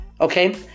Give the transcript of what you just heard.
okay